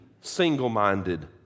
single-minded